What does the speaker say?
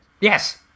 Yes